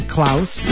Klaus